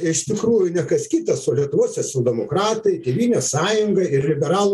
iš tikrųjų ne kas kitas o lietuvos socialdemokratai tėvynės sąjunga ir liberalų